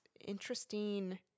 interesting